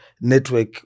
network